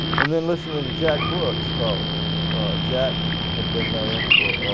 and then listening to jack brooks talk jack had been there for